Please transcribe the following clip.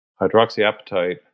Hydroxyapatite